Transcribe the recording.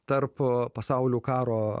tarp pasaulių karo